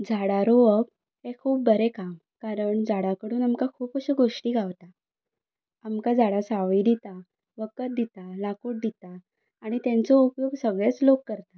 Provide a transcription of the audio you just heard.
झाडां रोवप हें खूब बरें काम कारण झाडां कडून आमकां खूब अश्यो गोश्टी गावता आमकां झाडां सावळी दिता वखद दिता लांकूड दिता आनी तांचो उपयोग सगळेच लोक करता